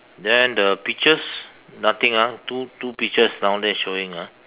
then the peaches nothing ah two two peaches down there showing ah